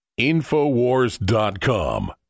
InfoWars.com